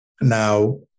now